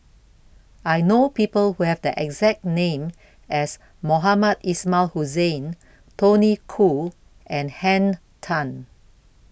I know People Who Have The exact name as Mohamed Ismail Hussain Tony Khoo and Henn Tan